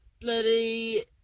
bloody